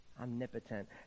Omnipotent